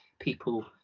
people